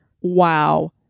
wow